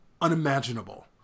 unimaginable